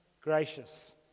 gracious